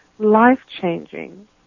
life-changing